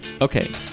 Okay